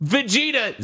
Vegeta